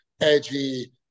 edgy